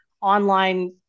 online